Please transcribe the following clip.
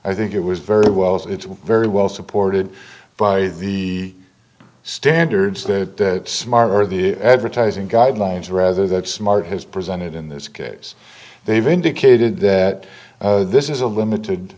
i think it was very well it's very well supported by the standards that smart or the advertising guidelines rather that smart has presented in this case they've indicated that this is a